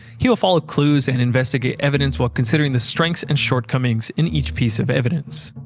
he will follow clues and investigate evidence while considering the strengths and shortcomings in each piece of evidence.